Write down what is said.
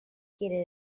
quiere